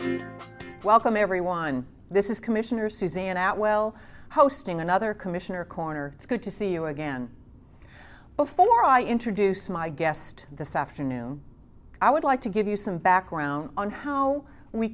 welcome everyone this is commissioner suzanne at well hosting another commissioner corner it's good to see you again before i introduce my guest this afternoon i would like to give you some background on how we